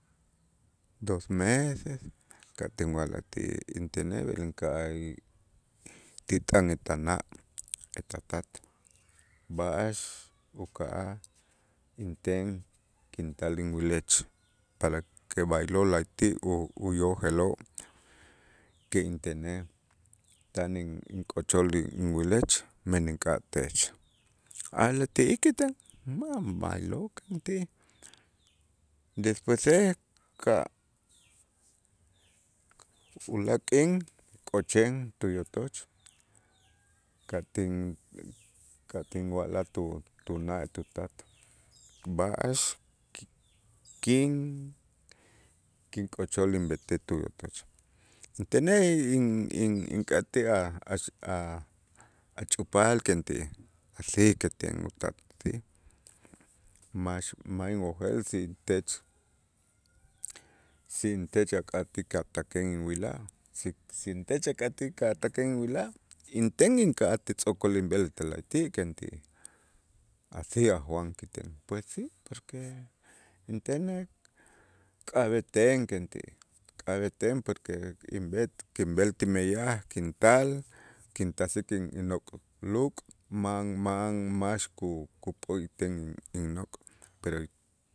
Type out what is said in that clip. Dos meses ka' tinwa'laj ti intenej b'el inka'aj y ti t'an etana' etatat b'a'ax uka'aj inten kintal inwilech para que b'aylo' la'ayti' u- uyojeloo' ti intenej tan ink'ochol inwilech men ink'atech, a'lej ti'ij kita ma' b'aylo' kenti, despuese ka' ulaak' k'in k'ocheen tuyotoch, ka' tin ka' tinwa'laj tu- tuna' tutat b'a'ax kink'ochol inb'etik tuyotoch intenej in- ink'atij a' a' ixch'upaal kenti asi kenti utat si max ma' inwojel sitech sintech ak'atij katak'in inwilaj si sintech ak'atij ka' tak'in inwilaj inten inka'aj ti tz'o'kol inb'el etel la'ayti' kenti así Aj Juan kiten, pues si, porque intenej k'ab'eten kenti k'abeten, porque inb'et kinb'el ti meyaj kintal kintasik innok' luk' ma'an ma'an max kup'o'ikten innok', pero